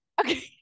okay